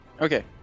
Okay